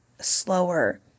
slower